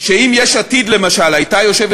שאם יש עתיד, למשל,